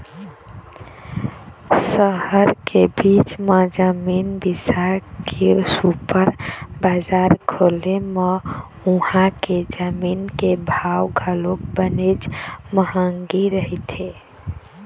सहर के बीच म जमीन बिसा के सुपर बजार खोले म उहां के जमीन के भाव घलोक बनेच महंगी रहिथे